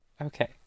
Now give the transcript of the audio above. Okay